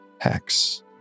hex